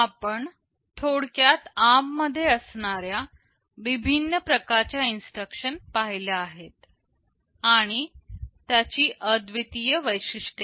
आपण थोडक्यात ARM मध्ये असणाऱ्या विभिन्न प्रकारच्या इन्स्ट्रक्शन पाहिल्या आहेत आणि त्याची अद्वितीय वैशिष्ट्येहि